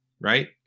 right